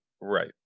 Right